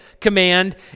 command